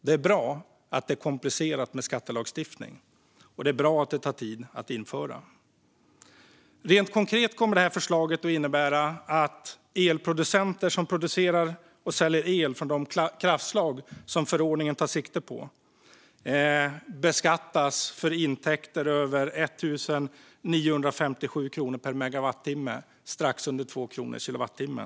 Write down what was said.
Det är bra att det är komplicerat med skattelagstiftning, och det är bra att det tar tid att införa nya skatter. Rent konkret kommer det här förslaget att innebära att elproducenter som producerar och säljer el från de kraftslag som förordningen tar sikte på beskattas för intäkter över 1 957 kronor per megawattimme, vilket alltså är något mindre än 2 kronor per kilowattimme.